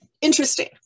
interesting